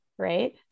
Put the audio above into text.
right